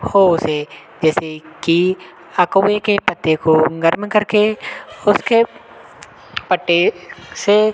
हो उसे जैसे कि अकवे के पत्ते को गर्म करके उसके पट्टे से